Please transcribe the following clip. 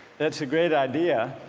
that's a great idea